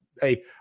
Hey